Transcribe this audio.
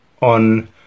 on